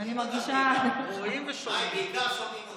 אני מרגישה, בעיקר שומעים אותך.